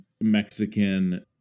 mexican